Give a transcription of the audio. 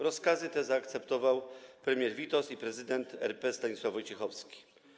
Rozkazy te zaakceptował premier Witos i prezydent RP Stanisław Wojciechowski.